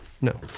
No